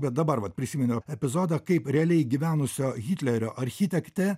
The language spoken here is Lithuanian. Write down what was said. bet dabar vat prisiminiau epizodą kaip realiai gyvenusio hitlerio architektė